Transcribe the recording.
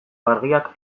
argiak